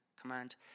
command